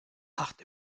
hart